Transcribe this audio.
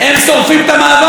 הם שורפים את המעבר?